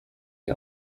ich